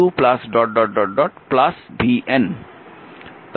তাই একে voltage divider বলা হয়